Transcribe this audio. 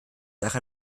sache